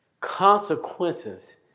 consequences